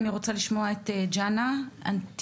אני רוצה לשמוע את גנה אנטיגו,